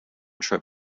trip